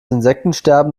insektensterben